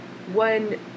one